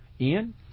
Ian